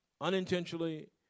unintentionally